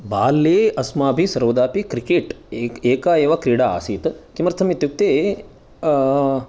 बाल्ये अस्माभिः सर्वदापि क्रिकेट् एका एव क्रीडा आसीत् किमर्थम् इत्युक्ते